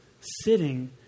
sitting